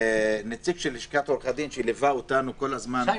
הנציג של לשכת עורכי הדין שליווה אותנו כל הזמן,